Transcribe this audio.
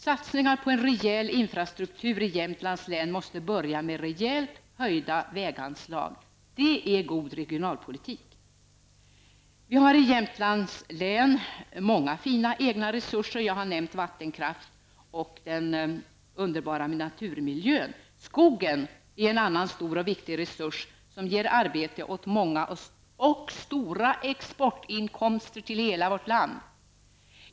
Satsningar på en rejäl infrastruktur i Jämtlands län måste börja med rejält höjda väganslag. Det är god regionalpolitik. Vi har i Jämtlands län många fina egna resurser. Jag har nämnt vattenkraft och den underbara naturmiljön. Skogen är en annan stor och viktig resurs, som ger arbete åt många och stora exportinkomster till hela vårt land.